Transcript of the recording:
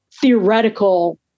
theoretical